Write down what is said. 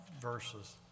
verses